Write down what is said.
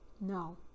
No